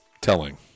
telling